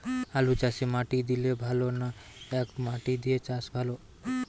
আলুচাষে মাটি দিলে ভালো না একমাটি দিয়ে চাষ ভালো?